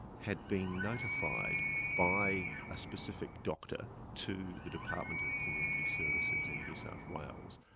had been notified by a specific doctor to the department of community services in new south wales,